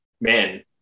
man